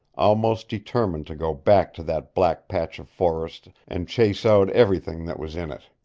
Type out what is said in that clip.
almost determined to go back to that black patch of forest and chase out everything that was in it.